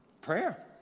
Prayer